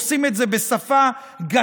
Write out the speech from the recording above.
עושים את זה בשפה גסה,